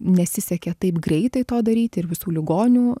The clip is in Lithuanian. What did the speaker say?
nesisekė taip greitai to daryti ir visų ligonių